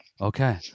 Okay